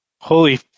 Holy